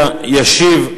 פוליטיות.